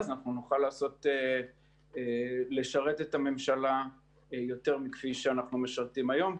ואז אנחנו נוכל לשרת את הממשלה יותר מכפי שאנחנו משרתים היום,